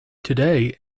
today